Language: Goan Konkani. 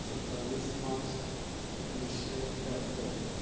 सत्तावीस मार्च एकोणशें त्र्याहत्तर